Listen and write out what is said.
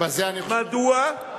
מדוע?